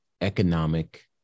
economic